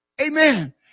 Amen